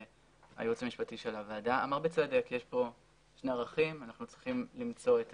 שהייעוץ המשפטי של הוועדה אמר בצדק יש כאן ערכים ואנחנו צריכים למצוא את